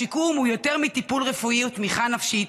השיקום הוא יותר מטיפול רפואי ותמיכה נפשית,